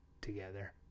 together